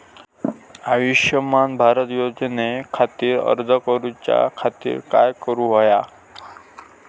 आयुष्यमान भारत योजने खातिर अर्ज करूच्या खातिर काय करुक होया?